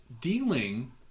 dealing